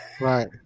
Right